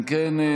אם כן,